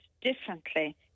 differently